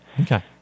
Okay